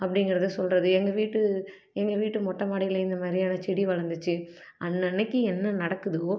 அப்படிங்கிறத சொல்லுறது எங்கள் வீட்டு எங்கள் வீட்டு மொட்டை மாடியில் இந்த மாதிரியான செடி வளர்ந்துச்சி அன்னன்னைக்கு என்ன நடக்குதோ